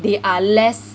they are less